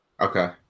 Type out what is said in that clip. Okay